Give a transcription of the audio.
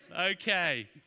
Okay